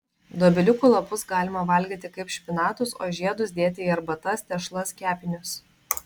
dobiliukų lapus galima valgyti kaip špinatus o žiedus dėti į arbatas tešlas kepinius